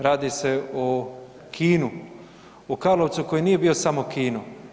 Radi se o kinu, o Karlovcu koji nije bio samo kino.